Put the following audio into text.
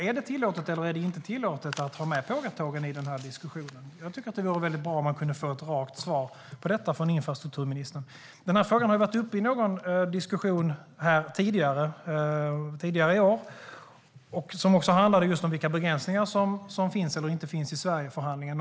Är det tillåtet eller är det inte tillåtet att ha med pågatågen i den här diskussionen? Jag tycker att det vore bra att få ett rakt svar på detta från infrastrukturministern. Den här frågan har varit uppe i någon diskussion här tidigare i år. Då handlade det om vilka begränsningar som finns eller inte finns i Sverigeförhandlingen.